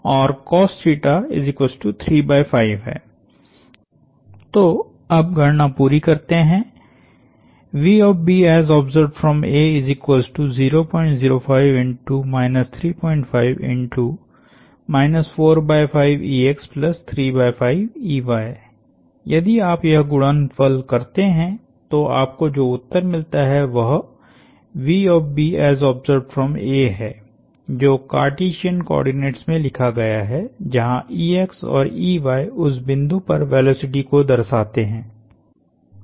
तो अब गणना पूरी करते है यदि आप यह गुणनफल करते हैं तो आपको जो उत्तर मिलता है वह है जो कार्टिसियन कोऑर्डिनेट्स में लिखा गया है जहां और उस बिंदु पर वेलोसिटी को दर्शाते हैं